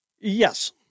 Yes